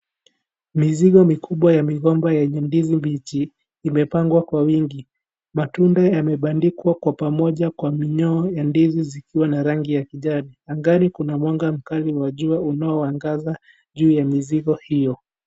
Mizigo mikubwa ya migomba yenye ndizi mbichi, imepangwa kwa wingi. Matunda yamebandikwa kwa pamoja kwa mimea ya ndizi zikiwa na rangi ya kijani. Angani kuna mwanga mkali wa jua unaoangaza juu ya mizigo hiyo.